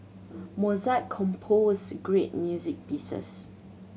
Mozart composed great music pieces